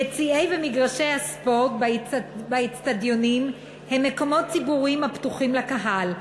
יציעי מגרשי הספורט והאיצטדיונים הם מקומות ציבוריים הפתוחים לקהל,